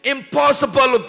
Impossible